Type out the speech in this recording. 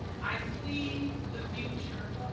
i see the future